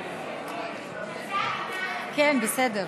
תודה,